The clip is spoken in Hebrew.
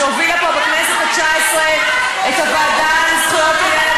שהובילה פה בכנסת התשע-עשרה את הוועדה לזכויות הילד